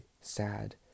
sad